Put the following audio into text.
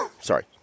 Sorry